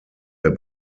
der